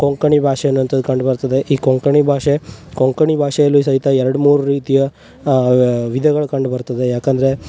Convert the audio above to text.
ಕೊಂಕಣಿ ಭಾಷೆ ಅನ್ನುವಂಥದ್ದು ಕಂಡು ಬರ್ತದೆ ಈ ಕೊಂಕಣಿ ಭಾಷೆ ಕೊಂಕಣಿ ಭಾಷೆಯಲ್ಲೂ ಸಹಿತ ಎರಡು ಮೂರು ರೀತಿಯ ವಿಧಗಳು ಕಂಡು ಬರ್ತದೆ ಯಾಕಂದರೆ